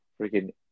freaking